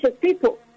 people